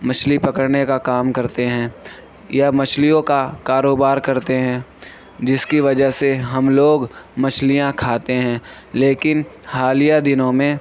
مچھلی پکڑنے کا کام کرتے ہیں یا مچھلیوں کا کاروبار کرتے ہیں جس کی وجہ سے ہم لوگ مچھلیاں کھاتے ہیں لیکن حالیہ دنوں میں